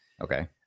Okay